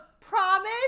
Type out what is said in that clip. promise